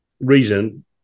reason